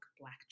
black